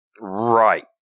Right